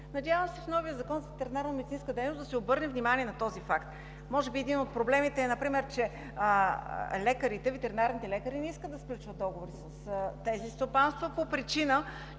Надявам се в новия Закон за ветеринарномедицинска дейност да се обърне внимание на този факт. Може би един от проблемите е например, че ветеринарните лекари не искат да сключват договори с тези стопанства по причина,